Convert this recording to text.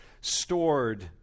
stored